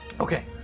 Okay